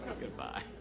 Goodbye